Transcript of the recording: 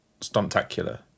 stuntacular